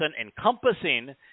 encompassing